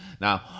Now